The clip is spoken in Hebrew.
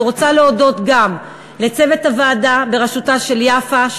אני רוצה להודות גם לצוות הוועדה בראשותה של יפה,